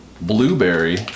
Blueberry